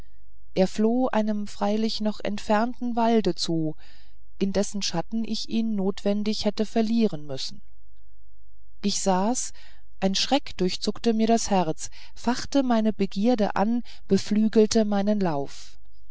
er floh einem freilich noch entfernten walde zu in dessen schatten ich ihn notwendig hätte verlieren müssen ich sah's ein schreck durchzuckte mir das herz fachte meine begierde an beflügelte meinen lauf